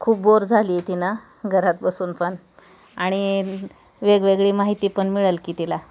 खूप बोर झाली तिनं घरात बसून पण आणि वेगवेगळी माहिती पण मिळल की तिला